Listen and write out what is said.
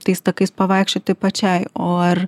tais takais pavaikščioti pačiai o ar